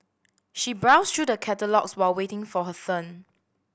she browsed through the catalogues while waiting for her turn